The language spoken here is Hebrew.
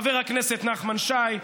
חבר הכנסת נחמן שי,